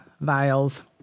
vials